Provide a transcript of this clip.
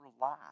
life